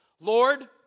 Lord